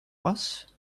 was